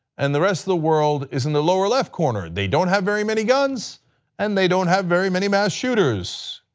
and the rest of the world is in the lower left corner, they don't have very many guns and they don't have very many mass shooters.